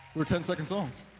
we are ten-second songs.